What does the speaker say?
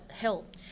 help